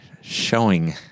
showing